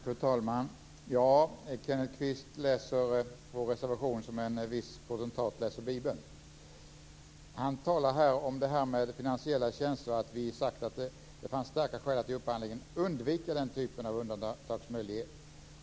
Fru talman! Kenneth Kvist läser vår reservation som en viss potentat läser Bibeln. Han talar om finansiella tjänster och att vi har sagt att det fanns starka skäl att i upphandlingen undvika den typen av undantagsmöjlighet.